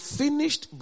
finished